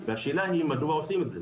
ושאלה היא מדוע עושים את זה?